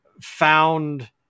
found